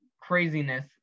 craziness